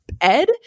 Ed